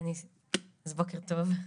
אז בוקר טוב,